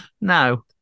No